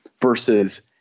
versus